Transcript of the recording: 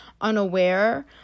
unaware